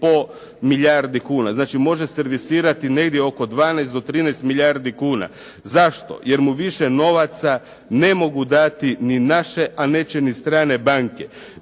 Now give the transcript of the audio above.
milijardi kuna. Znači, može servisirati negdje oko 12 do 13 milijardi kuna. Zašto? Jer mu više novaca ne mogu dati ni naše a neće ni strane banke.